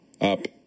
up